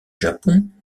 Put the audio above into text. japon